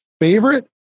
favorite